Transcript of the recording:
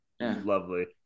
Lovely